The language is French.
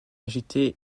agitée